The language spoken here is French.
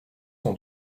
s’en